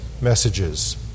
messages